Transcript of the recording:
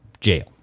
jail